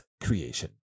creation